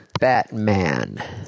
Batman